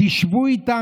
שבו איתם,